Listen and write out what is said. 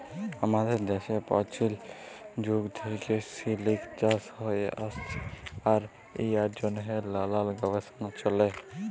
আমাদের দ্যাশে পাচীল যুগ থ্যাইকে সিলিক চাষ হ্যঁয়ে আইসছে আর ইয়ার জ্যনহে লালাল গবেষলা চ্যলে